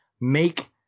make